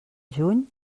juny